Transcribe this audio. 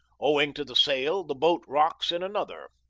owing to the sail, the boat rocks in another.